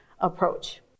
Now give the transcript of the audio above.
approach